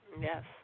Yes